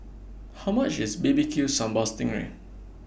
How much IS B B Q Sambal Sting Ray